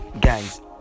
guys